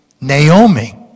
Naomi